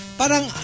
parang